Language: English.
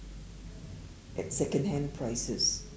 at second hand prices